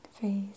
face